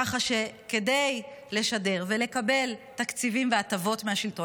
כך שכדי לשדר ולקבל תקציבים והטבות מהשלטון